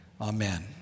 Amen